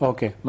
Okay